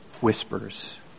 Whispers